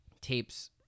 tapes